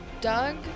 Doug